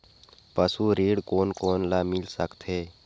पशु ऋण कोन कोन ल मिल सकथे?